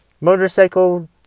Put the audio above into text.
Motorcycle